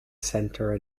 centre